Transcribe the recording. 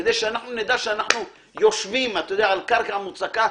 כדי שנדע שאנחנו יושבים על קרקע מוצקה,